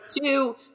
two